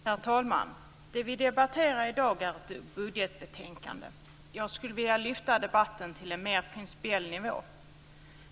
Herr talman! Det vi debatterar i dag är ett budgetbetänkande. Jag skulle vilja lyfta debatten till en mer principiell nivå.